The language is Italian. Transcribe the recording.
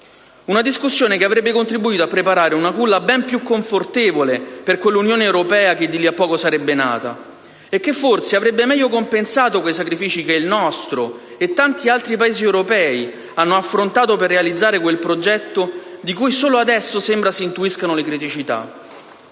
una discussione che avrebbe contribuito a preparare una culla ben più confortevole per quell'Unione europea che di lì a poco sarebbe nata e che forse avrebbe meglio compensato quei sacrifici che il nostro e tanti altri Paesi europei hanno affrontato per realizzare quel progetto di cui solo adesso sembra si intuiscano le criticità.